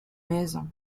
maisons